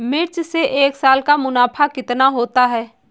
मिर्च से एक साल का मुनाफा कितना होता है?